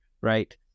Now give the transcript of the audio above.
right